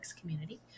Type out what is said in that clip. community